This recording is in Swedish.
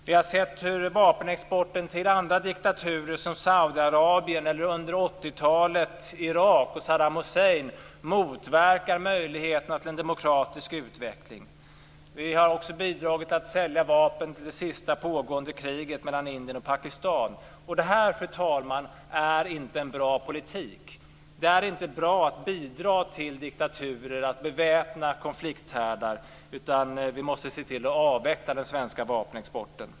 Vi har sett hur vapenexporten till andra diktaturer, som Saudiarabien eller under 1980-talet Irak och Saddam Hussein, motverkar möjligheterna till en demokratisk utveckling. Vi har också bidragit till att sälja vapen till det pågående kriget mellan Indien och Det här, fru talman, är inte en bra politik. Det är inte bra att bidra till diktaturer, att beväpna konflikthärdar, utan vi måste se till att avveckla den svenska vapenexporten.